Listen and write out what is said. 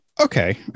okay